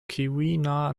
keweenaw